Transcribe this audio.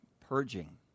purging